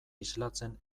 islatzen